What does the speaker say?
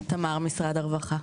תמר, משרד הרווחה.